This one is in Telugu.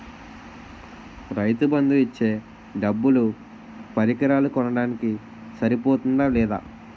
రైతు బందు ఇచ్చే డబ్బులు పరికరాలు కొనడానికి సరిపోతుందా లేదా?